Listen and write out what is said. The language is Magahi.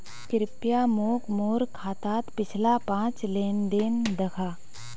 कृप्या मोक मोर खातात पिछला पाँच लेन देन दखा